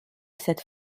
cette